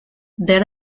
then